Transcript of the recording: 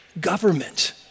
government